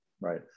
right